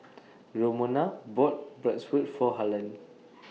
Romona bought Bratwurst For Harlan